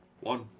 One